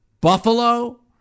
Buffalo